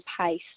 pace